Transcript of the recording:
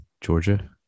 Georgia